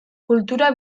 kultura